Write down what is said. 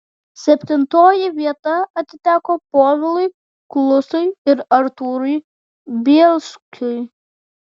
septintoji vieta atiteko povilui klusui ir artūrui bielskiui